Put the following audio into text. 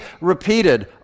repeated